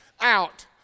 out